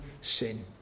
sin